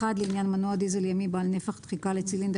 לעניין מנוע דיזל ימי בעל נפח דחיקה לצילינדר